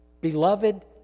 Beloved